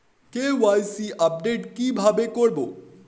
KYC update কি ভাবে করবো?